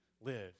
live